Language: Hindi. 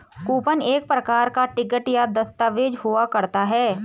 कूपन एक प्रकार का टिकट या दस्ताबेज हुआ करता है